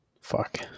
Fuck